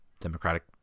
democratic